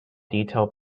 detail